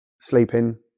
sleeping